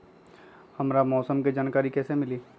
हमरा मौसम के जानकारी कैसी मिली?